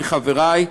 מחברי,